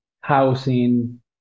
housing